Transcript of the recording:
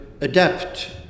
adapt